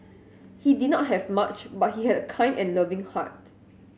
he did not have much but he had a kind and loving heart